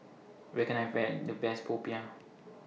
Where Can I Find The Best Popiah